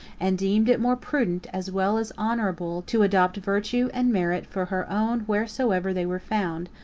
and deemed it more prudent, as well as honorable, to adopt virtue and merit for her own wheresoever they were found,